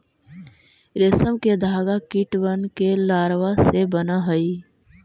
रेशम के धागा कीटबन के लारवा से बन हई